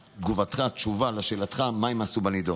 תגובתם, תשובה על שאלתך, מה הם עשו בנידון.